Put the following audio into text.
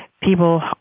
people